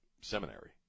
Seminary